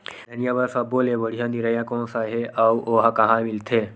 धनिया बर सब्बो ले बढ़िया निरैया कोन सा हे आऊ ओहा कहां मिलथे?